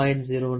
095 அதாவது 0